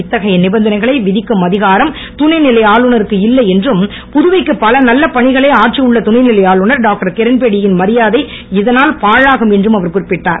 இத்தகைய நிபந்தனைகளை விதிக்கும் அதிகாரம் துணைநிலை ஆளுனருக்கு இல்லை என்றும் புதுவைக்கு பல நல்ல பணிகளை ஆற்றியுள்ள துணைநிலை ஆளுனர் டாக்டர்கிரண்பேடி யின் மரியாதை இதனுல் பாழாகும் என்றும் அவர் குறிப்பிட்டார்